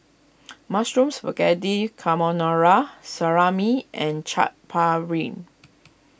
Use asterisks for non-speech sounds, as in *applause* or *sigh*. *noise* Mushroom Spaghetti Carbonara Salami and Chaat Papri